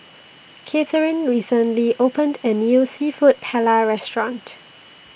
Katherin recently opened A New Seafood Paella Restaurant